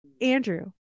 andrew